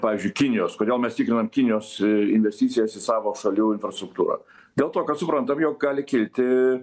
pavyzdžiui kinijos kodėl mes tikrinam kinijos investicijas į savo šalių infrastruktūrą dėl to kad suprantam jog gali kilti